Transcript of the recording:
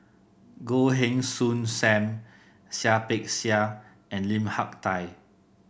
Goh Heng Soon Sam Seah Peck Seah and Lim Hak Tai